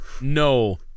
No